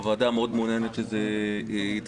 הוועדה מעוניינת מאוד שזה יתקדם.